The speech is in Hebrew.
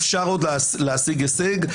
אפשר עוד להשיג הישג.